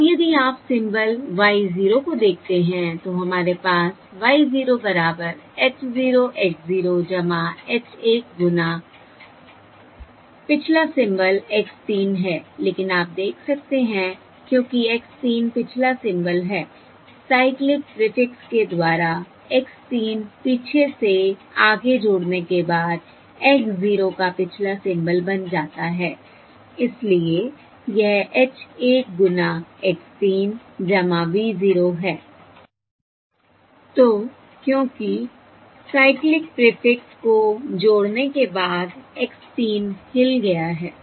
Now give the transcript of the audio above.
अब यदि आप सिंबल y 0 को देखते हैं तो हमारे पास y 0 बराबर h 0 x 0 h 1 गुना पिछला सिंबल x 3 है लेकिन आप देख सकते हैं क्योंकि x 3 पिछला सिंबल है साइक्लिक प्रीफिक्स के द्वारा x 3 पीछे से आगे जोड़ने के बाद x 0 का पिछला सिंबल बन जाता है इसलिए यह h 1 गुना x 3 v 0 है तो क्योंकि साइक्लिक प्रीफिक्स को जोड़ने के बाद x 3 हिल गया है